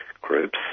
groups